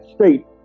state